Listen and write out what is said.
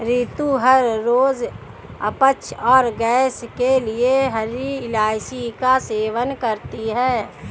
रितु हर रोज अपच और गैस के लिए हरी इलायची का सेवन करती है